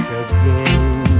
again